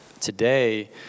today